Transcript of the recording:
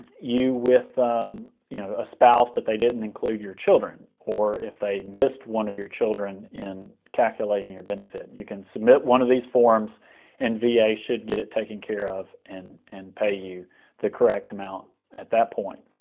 you with you know a spouse but they didn't include your children, or if they missed one of your children in calculating your benefit. you can submit one of these forms and va should get it taken care of and and pay you the correct amount at that point.